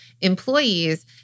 employees